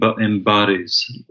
embodies